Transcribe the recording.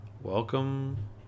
Welcome